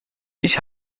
ich